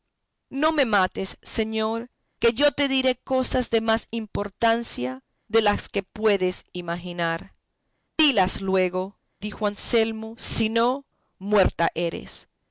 no me mates señor que yo te diré cosas de más importancia de las que puedes imaginar dilas luego dijo anselmo si no muerta eres